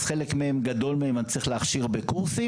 חלק גדול מהם אני צריך להכשיר בקורסים